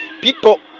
people